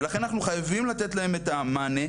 ולכן אנחנו חייבים לתת להם את המענה,